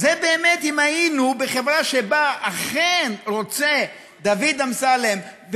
זה באמת אם היינו בחברה שבה אכן דוד אמסלם רוצה,